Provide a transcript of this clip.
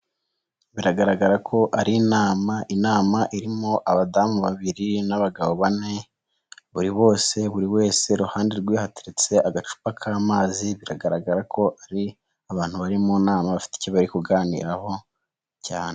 Biragaragara ko ari inama irimo abadamu babiri n'abagabo bane bose buri wese iruhande rwe hateretse agacupa k'amazi, biragaragara ko ari abantu bari mu nama bafite icyo bari kuganiraho cyane.